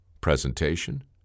presentation